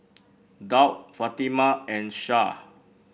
Daud Fatimah and Shah